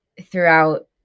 throughout